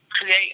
create